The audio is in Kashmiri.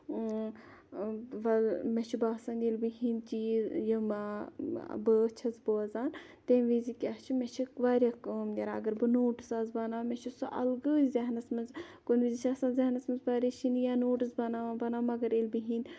وَل مےٚ چھُ باسان ییٚلہِ بہٕ یِہِنٛدۍ چیٖز یِم بٲتھ چھَس بوزان تمہِ وِزِ کیاہ چھُ مےٚ چھِ واریاہ کٲم نیران اَگَر بہٕ نوٹٕس آسہٕ بَناوان مےٚ چھُ سُہ اَلگٕے زہنَس مَنٛز کُنہِ وِزِ چھِ آسان زہنَس مَنٛز پَریشٲنی یا نوٹٕس بَناوان بَناوان مَگَر ییٚلہِ بہٕ یِہِنٛدۍ